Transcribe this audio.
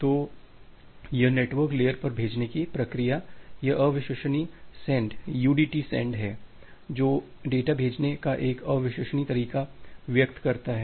तो यह network layer पर भेजने की प्रक्रिया यह अविश्वसनीय सेंड udt send है जो डेटा भेजने का एक अविश्वसनीय तरीका व्यक्त करता है